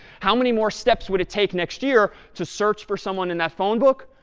how many more steps would it take next year to search for someone in that phone book?